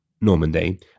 Normandy